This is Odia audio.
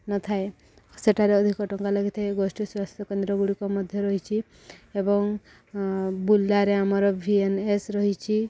ନଥାଏ ସେଠାରେ ଅଧିକ ଟଙ୍କା ଲାଗିଥାଏ ଗୋଷ୍ଠୀ ସ୍ୱାସ୍ଥ୍ୟ କେନ୍ଦ୍ର ଗୁଡ଼ିକ ମଧ୍ୟ ରହିଛି ଏବଂ ବୁର୍ଲାରେ ଆମର ଭିଏନ୍ଏସ୍ ରହିଛି